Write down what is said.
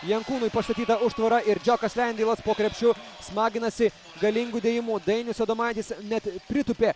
jankūnui pastatyta užtvara ir džiokas lendeilas po krepšiu smaginasi galingu dėjimu dainius adomaitis net pritūpė